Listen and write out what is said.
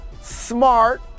Smart